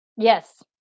Yes